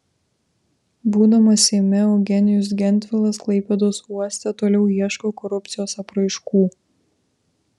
būdamas seime eugenijus gentvilas klaipėdos uoste toliau ieško korupcijos apraiškų